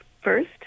first